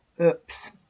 Oops